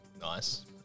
Nice